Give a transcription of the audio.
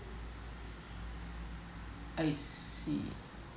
I see